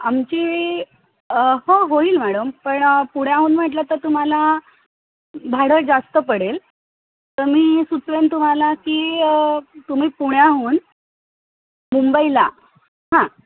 आमची हो होईल मॅडम पण पुण्याहून म्हटलं तर तुम्हाला भाडं जास्त पडेल तर मी सुचवेन तुम्हाला की तुम्ही पुण्याहून मुंबईला हां